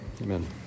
Amen